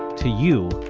to you,